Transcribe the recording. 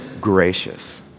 gracious